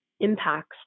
impacts